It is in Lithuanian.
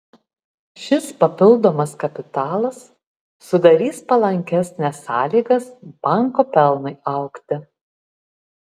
šis papildomas kapitalas sudarys palankesnes sąlygas banko pelnui augti